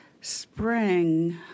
spring